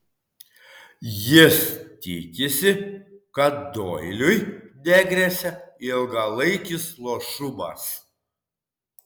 jis tikisi kad doiliui negresia ilgalaikis luošumas